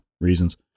reasons